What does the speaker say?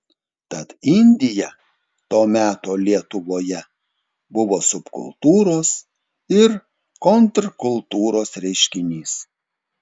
tad indija to meto lietuvoje buvo subkultūros ir kontrkultūros reiškinys